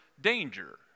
danger